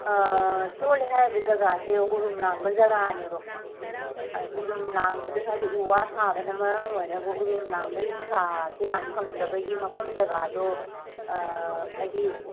ꯆꯣꯠꯂꯦ ꯍꯥꯏꯔꯤꯕ ꯖꯒꯥꯁꯦ ꯎꯔꯨꯝ ꯂꯥꯡꯕ ꯖꯒꯥꯅꯦꯕꯀꯣ ꯎꯔꯨꯝ ꯂꯥꯡꯕꯗꯨꯅ ꯍꯥꯏꯗꯤ ꯎ ꯋꯥ ꯊꯥꯕꯅ ꯃꯔꯝ ꯑꯣꯏꯔꯒ ꯎꯔꯨꯝ ꯂꯥꯡꯕꯩ ꯅꯨꯡꯁꯥꯁꯦ ꯌꯥꯝ ꯐꯪꯗꯕꯒꯤ ꯃꯐꯝ ꯖꯒꯥꯗꯣ ꯍꯥꯏꯗꯤ